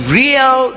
real